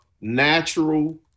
natural